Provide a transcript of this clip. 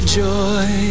joy